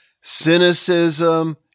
cynicism